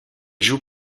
joue